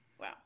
Wow